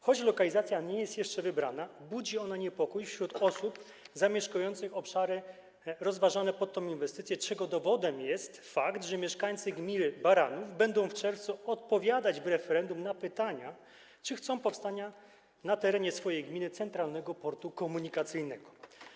Choć lokalizacja nie jest jeszcze wybrana, budzi ona niepokój osób zamieszkujących na obszarach branych pod uwagę jako obszary pod tę inwestycję, czego dowodem jest fakt, że mieszkańcy gminy Baranów będą w czerwcu odpowiadać w referendum na pytania o to, czy chcą powstania na terenie swojej gminy Centralnego Portu Komunikacyjnego.